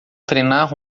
treinar